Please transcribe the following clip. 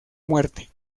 muerte